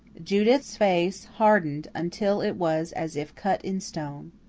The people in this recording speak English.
judith's face hardened until it was as if cut in stone.